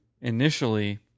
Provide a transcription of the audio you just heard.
initially